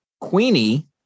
Queenie